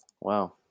Wow